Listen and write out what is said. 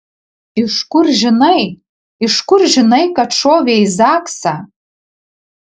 iš kur žinai iš kur žinai kad šovė į zaksą